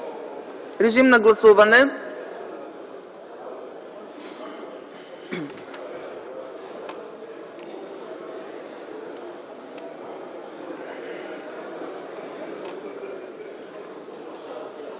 Режим на гласуване.